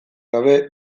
gabe